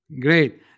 Great